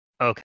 Okay